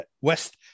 West